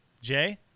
Jay